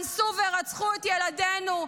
אנסו ורצחו את ילדינו,